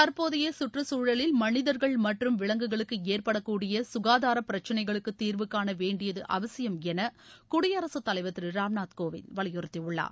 தற்போதைய சுற்றுச்சூழலில் மனிதர்கள் மற்றும் விவங்குகளுக்கு ஏற்பட கூடிய சுகாதார பிரச்சனைகளுக்கு தீாவுகான வேண்டியது அவசியம் என குடியரகத் தலைவா திரு ராம்நாத் கோவிந்த் வலியுறுத்தியுள்ளார்